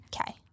Okay